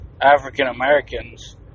African-Americans